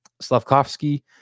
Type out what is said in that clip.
Slavkovsky